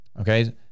okay